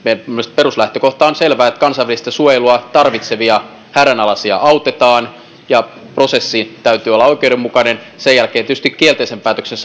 peruslähtökohta on selvä että kansainvälistä suojelua tarvitsevia hädänalaisia autetaan ja prosessin täytyy olla oikeudenmukainen sen jälkeen tietysti kielteisen päätöksen